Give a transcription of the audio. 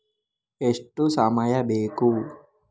ಎಷ್ಟು ಸಮಯ ಬೇಕು?